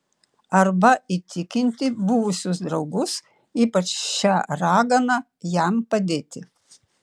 arba įtikinti buvusius draugus ypač šią raganą jam padėti